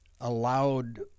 allowed